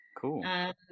Cool